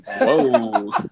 Whoa